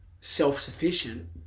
self-sufficient